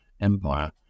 Empire